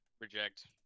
Reject